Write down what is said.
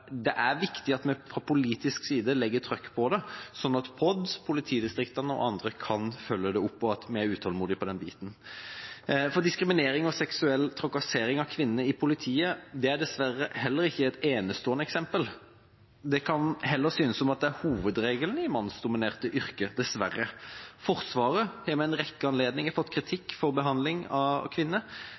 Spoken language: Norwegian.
Det er viktig at vi fra politisk side legger trykk på det, sånn at POD, politidistriktene og andre kan følge det opp, og at vi er utålmodige når det gjelder den biten. For diskriminering og seksuell trakassering av kvinnene i politiet er dessverre heller ikke et enestående eksempel. Det kan heller synes som om det er hovedregelen i mannsdominerte yrker – dessverre. Forsvaret har ved en rekke anledninger fått kritikk for behandlinga av kvinner.